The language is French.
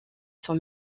sont